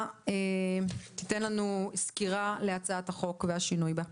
תיתן לנו סקירה להצעת החוק ולשינוי בה.